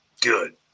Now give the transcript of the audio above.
good